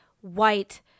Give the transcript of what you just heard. white